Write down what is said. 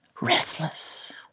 restless